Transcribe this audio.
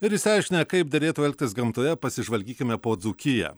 ir išsiaiškinę kaip derėtų elgtis gamtoje pasižvalgykime po dzūkiją